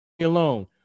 alone